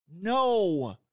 No